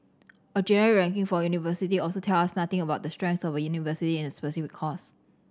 a generic ranking for a university also tells us nothing about the strength of a university in a specific course